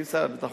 אם שר הביטחון,